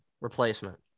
replacement